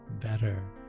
better